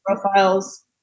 profiles